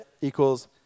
equals